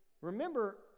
remember